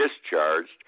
discharged